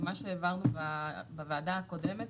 מה שהעברנו בוועדה הקודמת,